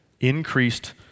increased